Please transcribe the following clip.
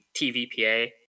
TVPA